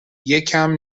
یکم